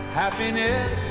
happiness